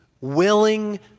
willing